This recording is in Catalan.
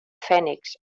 phoenix